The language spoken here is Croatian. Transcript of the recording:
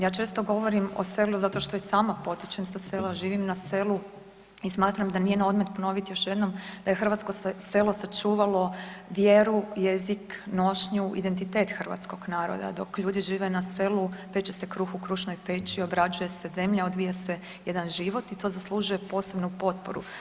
Ja često govorim o selu zato što i sama potječem sa sela, živim na selu i smatram da nije na odmet ponovit još jednom da je hrvatsko selo sačuvalo vjeru, jezik, nošnju, identitet hrvatskog naroda, dok ljudi žive na selu peče se kruh u krušnoj peći, obrađuje se zemlja, odvija se jedan život i to zaslužuje posebnu potporu.